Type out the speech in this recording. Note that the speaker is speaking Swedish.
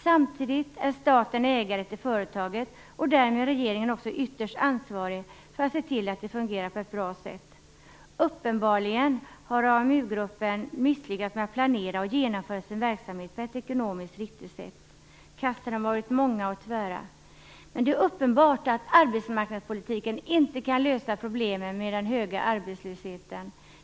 Samtidigt är staten ägare till företaget, och därmed är regeringen också ytterst ansvarig för att se till att det fungerar på ett bra sätt. Uppenbarligen har Amu-gruppen misslyckats med att planera och genomföra sin verksamhet på ett ekonomiskt riktigt sätt. Kasten har varit många och tvära. Det är uppenbart att arbetsmarknadspolitiken inte kan lösa problemen med den höga arbetslösheten.